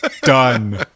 done